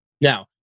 Now